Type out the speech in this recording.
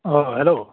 अ hello